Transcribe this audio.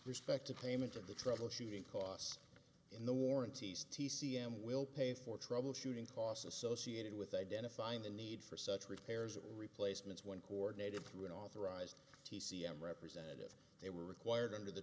respected payment of the troubleshooting costs in the warranties t c m will pay for troubleshooting costs associated with identifying the need for such repairs replacements when coordinated through an authorized t c m represented they were required under the